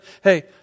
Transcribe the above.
hey